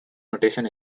notation